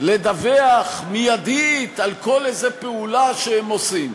לדווח מייד על כל איזו פעולה שהם עושים.